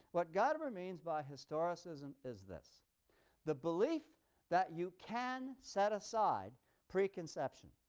what gadamer means by historicism is this the belief that you can set aside preconception,